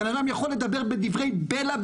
בן אדם יכול לדבר דברי בלע,